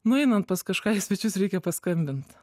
nu einant pas kažką į svečius reikia paskambint